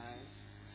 nice